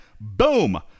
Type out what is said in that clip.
Boom